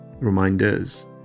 Reminders